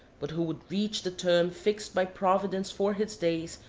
but who would reach the term fixed by providence for his days,